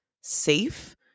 safe